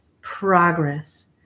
progress